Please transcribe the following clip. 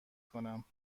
کنم